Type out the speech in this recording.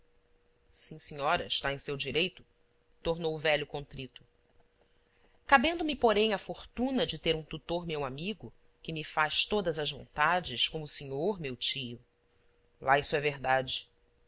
sim senhora está em seu direito tornou o velho contrito cabendo me porém a fortuna de ter um tutor meu amigo que me faz todas as vontades como o senhor meu tio lá isso é verdade